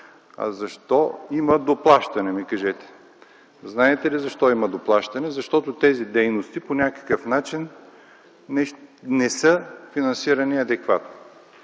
А защо има доплащане ми кажете. Знаете ли защо има доплащане? Защото тези дейности по някакъв начин не са финансирани адекватно.